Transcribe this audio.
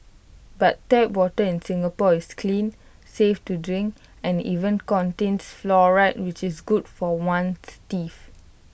but tap water in Singapore is clean safe to drink and even contains fluoride which is good for one's teeth